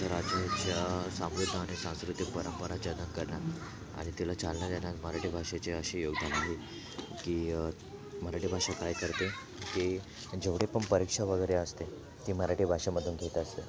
आमच्या राज्याच्या सामवेदाने सांस्कृतिक परंपरा जनकल्याण आणि तिला चालना देण्यात मराठी भाषेचे असे योगदान आहे की मराठी भाषा काय करते ते जेवढे पण परीक्षा वगैरे असते ते मराठी भाषेमधून घेत असते